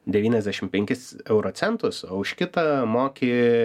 devyniasdešimt penkis euro centus o už kitą moki